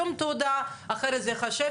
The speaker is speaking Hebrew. הוראות סעיף 2 כנוסחו בסעיף 93(4) לחוק זה,